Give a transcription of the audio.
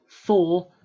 Four